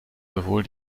sowohl